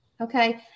Okay